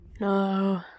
No